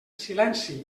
silenci